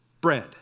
bread